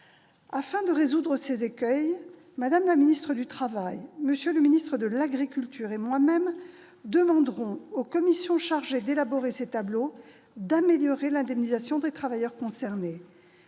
Afin de résoudre ces écueils, Mme la ministre du travail, M. le ministre de l'agriculture et moi-même demanderons aux commissions chargées d'élaborer ces tableaux d'améliorer l'indemnisation des travailleurs concernés.